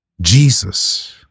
Jesus